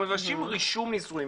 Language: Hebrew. מבקשים רישום נישואים.